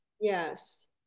Yes